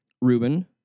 Ruben